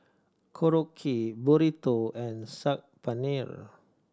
Korokke Burrito and Saag Paneer